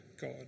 God